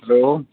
hello